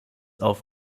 auf